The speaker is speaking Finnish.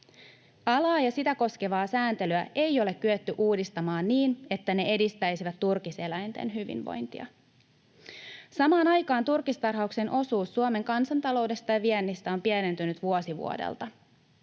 Alaa ja sitä koskevaa sääntelyä ei ole kyetty uudistamaan niin, että ne edistäisivät turkiseläinten hyvinvointia. Samaan aikaan turkistarhauksen osuus Suomen kansantaloudesta ja viennistä on pienentynyt vuosi vuodelta.